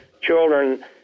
children